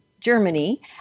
Germany